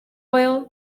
oil